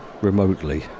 remotely